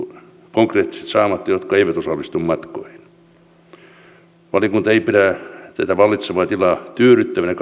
konkreettisesti saamatta jotka eivät osallistu matkoihin valiokunta ei pidä tätä vallitsevaa tilaa tyydyttävänä ja